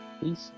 Peace